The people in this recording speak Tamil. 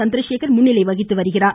சந்திரசேகர் முன்னிலை வகித்து வருகிறார்